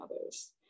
others